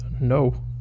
no